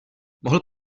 mohl